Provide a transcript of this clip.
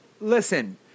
Listen